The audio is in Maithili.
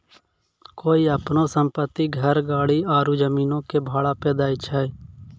कोय अपनो सम्पति, घर, गाड़ी आरु जमीनो के भाड़ा पे दै छै?